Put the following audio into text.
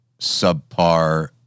subpar